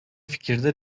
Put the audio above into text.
fikirde